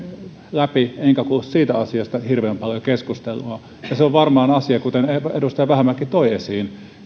läpi enkä ole kuullut siitä asiasta hirveän paljon keskustelua tämä velkojien suojakysymys kuten edustaja vähämäki toi esiin on varmaan asia joka